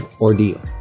ordeal